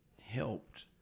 helped